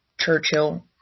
Churchill